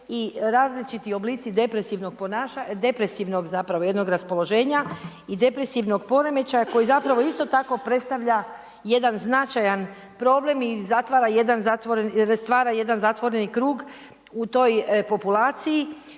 i različiti oblici depresivnog zapravo jednog raspoloženja, i depresivnog poremećaja koji zapravo isto tako predstavlja jedan značajan problem i stvara jedan zatvoreni krug u toj populaciji